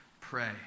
Pray